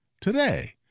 today